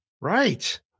Right